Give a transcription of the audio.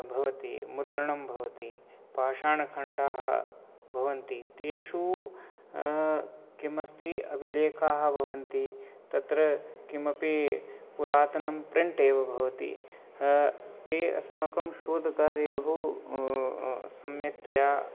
भवति मुद्रणं भवति पाषाणखण्डाः भवन्ति तेषु किम् अस्ति अभिलेखाः भवन्ति तत्र किमपि पुरातनं प्रिण्ट् एव भवति ते अस्माकं शोधकार्ये बहु सम्यक्तया